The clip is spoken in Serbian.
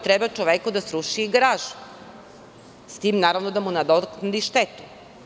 Treba čoveku da sruši garažu, s tim da mu nadoknadi štetu.